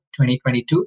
2022